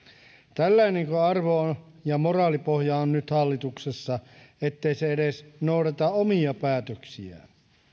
tällainenko arvo ja moraalipohja on nyt hallituksessa ettei se edes noudata omia päätöksiään